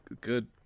good